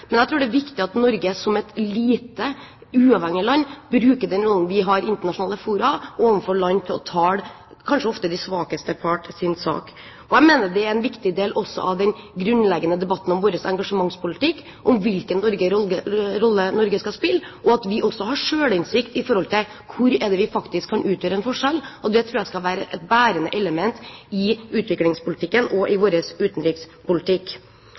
som et lite, uavhengig land, bruker den rollen vi har i internasjonale fora til å tale de svakeste parters sak overfor andre land. Jeg mener det er en viktig del av den grunnleggende debatten om vår engasjementspolitikk hvilken rolle Norge skal spille, og at vi har selvinnsikt med hensyn til hvor vi faktisk kan utgjøre en forskjell. Det tror jeg skal være det bærende elementet i utviklingspolitikken og i vår utenrikspolitikk.